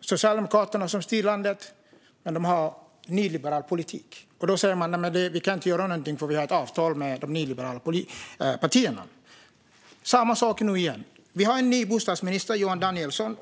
Socialdemokraterna som styr landet, men de har nyliberal politik. De sa: Vi kan inte göra någonting, för vi har ett avtal med de nyliberala partierna. Det är samma sak nu igen. Vi har en ny bostadsminister, Johan Danielsson.